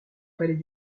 palais